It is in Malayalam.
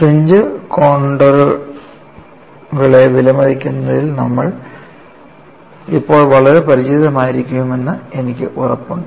ഫ്രിഞ്ച് കോൺണ്ടറുകളെ വിലമതിക്കുന്നതിൽ നമ്മൾ ഇപ്പോൾ വളരെ പരിചിതനായിരിക്കണമെന്ന് എനിക്ക് ഉറപ്പുണ്ട്